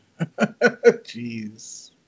Jeez